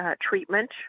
treatment